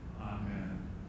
Amen